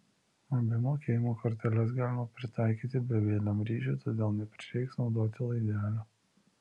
abi mokėjimo korteles galima pritaikyti bevieliam ryšiui todėl neprireiks naudoti laidelio